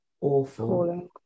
awful